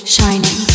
Shining